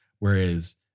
Whereas